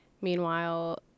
Meanwhile